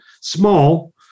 Small